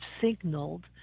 signaled